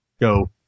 go